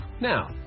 Now